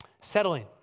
Settling